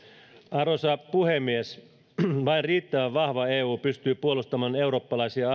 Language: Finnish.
arvoisa puhemies vain riittävän vahva eu pystyy puolustamaan eurooppalaisia